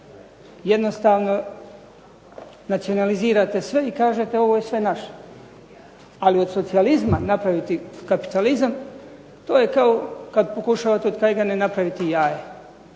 Jednostavni nacionalizirate sve i kažete ovo je naše. Ali od socijalizma napraviti kapitalizma, to je kao kad pokušavate od kajgane napraviti jaje.